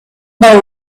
boy